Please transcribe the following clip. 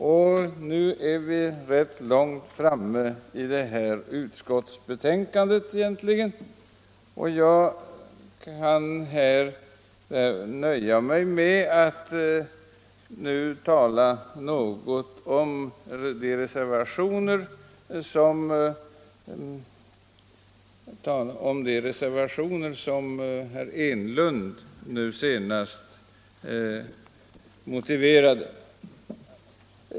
Vi har alltså egentligen kommit rätt långt fram i betänkandet och jag kan nöja mig med att något beröra de reservationer som herr Enlund nu senast motiverade.